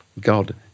God